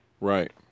Right